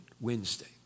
Wednesday